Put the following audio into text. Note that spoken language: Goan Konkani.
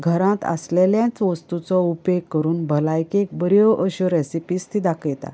घरांत आसलेलेच वस्तूचो उपेग करून भलायकेक बऱ्यो अश्यो रॅसिपीझ ती दाखयता